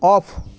off